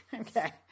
okay